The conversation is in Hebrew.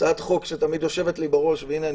הצעת חוק שתמיד יושבת לי בראש והנה,